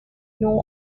know